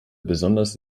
besonders